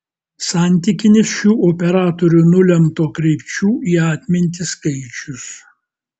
santykinis šių operatorių nulemto kreipčių į atmintį skaičius